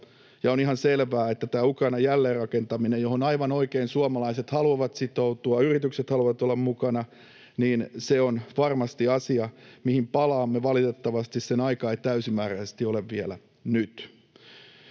On ihan selvää, että tämä Ukrainan jälleenrakentaminen, johon aivan oikein suomalaiset haluavat sitoutua, jossa yritykset haluavat olla mukana, on varmasti asia, mihin palaamme. Valitettavasti sen aika ei täysimääräisesti ole vielä nyt.